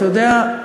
אתה יודע,